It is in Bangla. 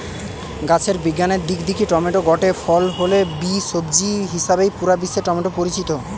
গাছের বিজ্ঞানের দিক দিকি টমেটো গটে ফল হলে বি, সবজি হিসাবেই পুরা বিশ্বে টমেটো পরিচিত